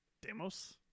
Demos